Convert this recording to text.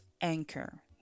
Anchor